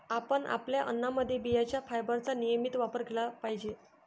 आपण आपल्या अन्नामध्ये बियांचे फायबरचा नियमित वापर केला पाहिजे